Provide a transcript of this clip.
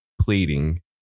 pleading